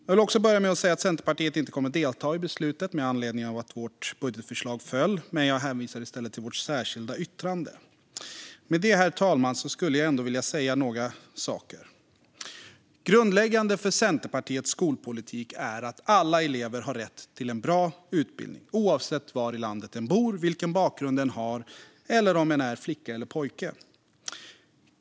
Jag vill också börja med att säga att Centerpartiet inte kommer att delta i beslutet med anledning av att vårt budgetförslag föll. Jag hänvisar i stället till vårt särskilda yttrande. Herr talman! Med det vill jag ändå säga några saker. Grundläggande för Centerpartiets skolpolitik är att alla elever har rätt till en bra utbildning oavsett var i landet de bor och vilken bakgrund de har eller om de är flickor eller pojkar.